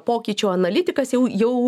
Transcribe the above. pokyčių analitikas jau jau